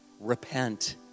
Repent